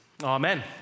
Amen